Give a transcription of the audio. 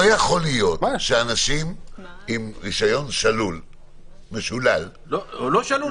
לא יכול להיות שאנשים עם שלילת רישיון -- הוא לא בשלילה,